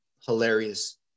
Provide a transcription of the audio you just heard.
hilarious